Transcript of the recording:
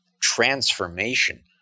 transformation